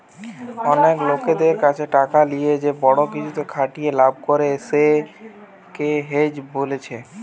অনেক লোকদের কাছে টাকা লিয়ে যে বড়ো কিছুতে খাটিয়ে লাভ করা কে হেজ বোলছে